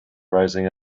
rising